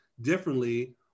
differently